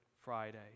Friday